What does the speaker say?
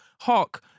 hark